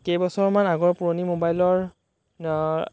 কেইবছৰমান আগৰ পুৰণি মোবাইলৰ